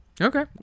Okay